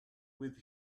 with